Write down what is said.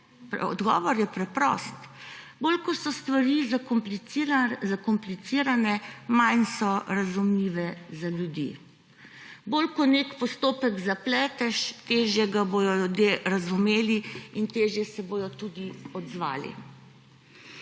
Odgovor je preprost. Bolj kot so stvari zakomplicirane, manj so razumljive za ljudi. Bolj ko nek postopek zapleteš, težje ga bodo ljudje razumeli in težje se bodo tudi odzvali.